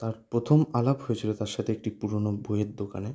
তার প্রথম আলাপ হয়েছিল তার সাথে একটি পুরনো বইয়ের দোকানে